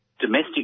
domestic